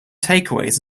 takeaways